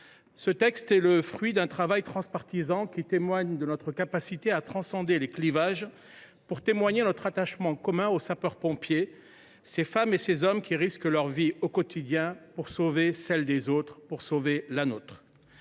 examen est le fruit d’un travail transpartisan, qui traduit notre capacité à transcender les clivages pour témoigner de notre attachement commun aux sapeurs pompiers, ces femmes et ces hommes qui risquent leur vie au quotidien pour sauver celle des autres. Je tiens à saluer